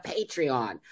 patreon